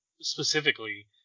specifically